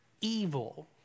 evil